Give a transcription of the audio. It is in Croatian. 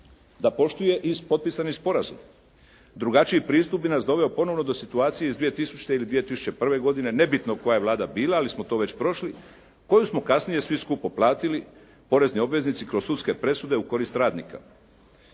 da poštuje i potpisani sporazum. Drugačiji pristup bi nas doveo ponovo do situacije iz 2000. ili 2001. godine, nebitno koja je Vlada bila, ali smo to već prošli koju smo kasnije svi skupo platili, porezni obveznici kroz sudske presude u korist radnika